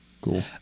Cool